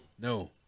No